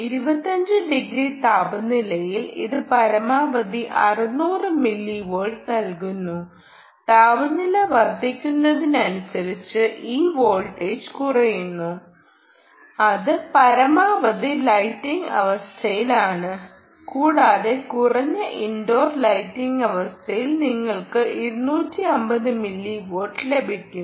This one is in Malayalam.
25 ഡിഗ്രി താപനിലയിൽ ഇത് പരമാവധി 600 മില്ലിവോൾട്ട് നൽകുന്നു താപനില വർദ്ധിക്കുന്നതിനനുസരിച്ച് ഈ വോൾട്ടേജ് കുറയുന്നു അത് പരമാവധി ലൈറ്റിംഗ് അവസ്ഥയിലാണ് കൂടാതെ കുറഞ്ഞ ഇൻഡോർ ലൈറ്റിംഗ് അവസ്ഥയിൽ നിങ്ങൾക്ക് 250 മില്ലിവോൾട്ട് ലഭിക്കും